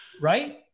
right